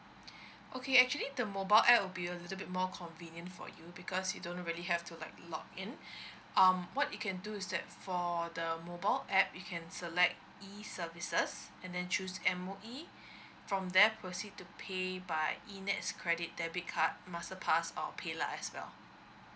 okay actually the mobile will be a little bit more convenient for you because you don't really have to like log in um what you can do is that for the mobile app you can select E services and then choose M_O_E from there proceed to pay by E nets credit debit card master pass or paylah as well